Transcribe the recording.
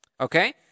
okay